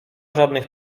żadnych